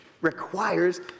requires